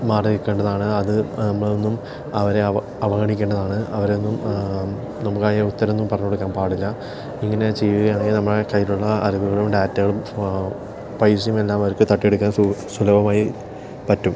മാറിനിക്കേണ്ടതാണ് അത് നമ്മളതൊന്നും അവരെ അവ അവഗണിക്കേണ്ടതാണ് അവരെന്നും നമുക്കയ ഉത്തരമൊന്നും പറഞ്ഞുകൊടുക്കാൻ പാടില്ല ഇങ്ങനെ ചെയ്യുകയാണെങ്കി നമ്മുടെ കയ്യിലുള്ള അറിവുകളും ഡാറ്റകളും പൈസയുമെല്ലാം അവർക്ക് തട്ടിയെടുക്കാൻ സു സുലഭമായി പറ്റും